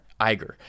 Iger